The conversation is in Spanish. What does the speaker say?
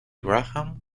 graham